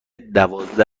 دوازده